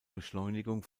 beschleunigung